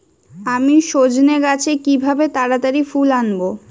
আমি সজনে গাছে কিভাবে তাড়াতাড়ি ফুল আনব?